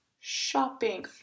shopping